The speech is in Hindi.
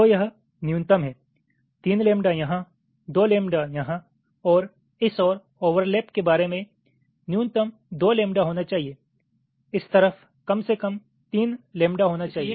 तो यह न्यूनतम है तीन लैम्बडा यहाँ दो लैम्बडा यहाँ और इस ओर ओवरलैप के बारे में न्यूनतम दो लैम्बडा होना चाहिए इस तरफ कम से कम तीन लैम्बडा होना चाहिए